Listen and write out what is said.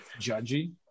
Judgy